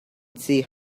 see